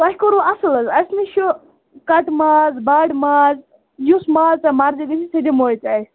تۄہہِ کوٚروُ اَصٕل حظ اَسہِ نِش چھُ کَٹہٕ ماز بَڑٕ ماز یُس ماز ژےٚ مرضی گژھی سُہ دِمہوے ژےٚ أسۍ